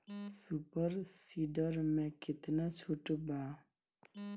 Super seeder मै कितना छुट बा?